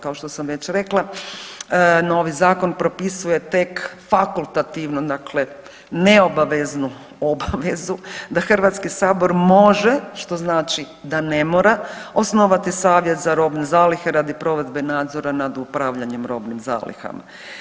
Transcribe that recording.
Kao što sam već rekla novi zakon propisuje tek fakultativno, dakle neobaveznu obavezu da Hrvatski sabor može, što znači da ne mora osnovati Savjet za robne zalihe radi provedbe nadzora nad upravljanjem robnim zalihama.